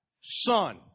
Son